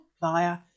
via